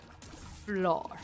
floor